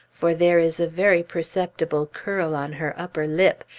for there is a very perceptible curl on her upper lip,